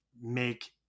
make